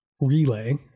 relay